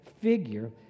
figure